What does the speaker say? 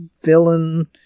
villain